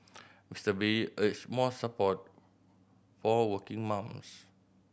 Mister Bay urged more support for working mums